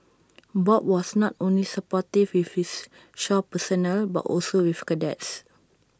bob was not only supportive with his shore personnel but also with cadets